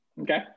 Okay